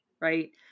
Right